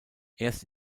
erst